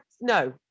no